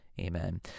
Amen